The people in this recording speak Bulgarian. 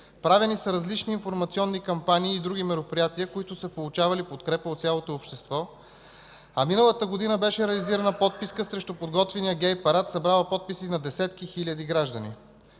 Правени са различни информационни кампании и други мероприятия, които са получавали подкрепа от цялото общество, а миналата година беше реализирана подписка срещу подготвения гей парад, събрала подписите на десетки хиляди граждани.